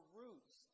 roots